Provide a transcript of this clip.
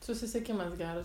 susisiekimas geras